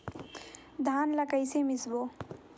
धान ला कइसे मिसबो?